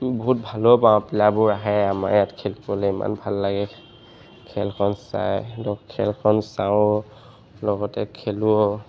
বহুত ভালো পাওঁ প্লেয়াৰবোৰ আহে আমাৰ ইয়াত খেলিবলৈ ইমান ভাল লাগে খেলখন চাই খেলখন চাওঁ লগতে খেলোঁ